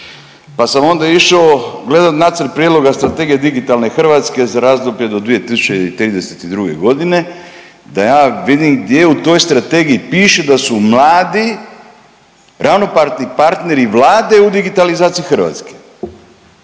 Pa sam onda išao gledati nacrt prijedloga Strategije digitalne Hrvatske za razdoblje do 2032. g., da ja vidim gdje u toj Strategiji piše da su mladi ravnopravni partneri Vlade u digitalizaciji Hrvatske.